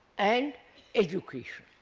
and education.